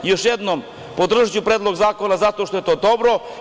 Još jednom, podržaću Predlog zakona zato što je to dobro.